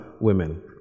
women